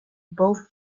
both